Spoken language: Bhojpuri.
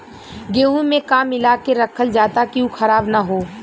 गेहूँ में का मिलाके रखल जाता कि उ खराब न हो?